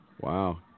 Wow